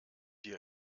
wir